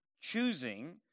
choosing